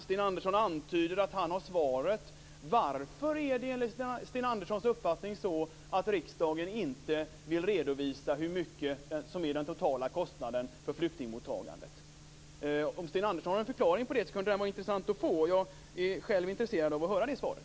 Sten Andersson antydde att han hade svaret. Varför är det då, enligt Sten Anderssons uppfattning, så att riksdagen inte vill redovisa den totala kostnaden för flyktingmottagandet? Det vore intressant att få Sten Anderssons förklaring till detta. Jag är intresserad av att höra det svaret.